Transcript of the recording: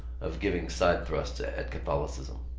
of giving side-thrusts at catholicism.